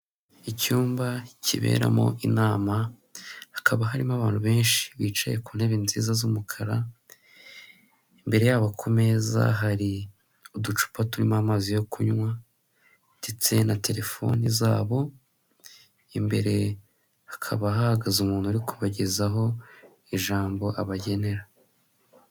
Icyumba kiberamo inama hakaba harimo abantu benshi bicaye ku ntebe nziza z'umukara imbere yabo ku meza hari uducupa turimo amazi yo kunywa ndetse na telefoni zabo imbere hakaba hahagaze umuntu uri kubagezaho ijambo abagenera.